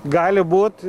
gali būt